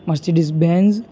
Mercedes Benz